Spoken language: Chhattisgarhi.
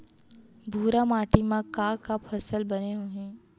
भूरा माटी मा का का फसल बने होही?